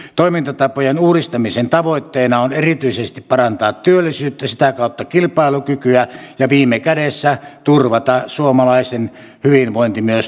toimintatapojen uudistamisen tavoitteena on erityisesti parantaa työllisyyttä sitä kautta kilpailukykyä ja viime kädessä turvata suomalaisen hyvinvointi myös tulevaisuudessa